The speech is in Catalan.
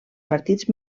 partits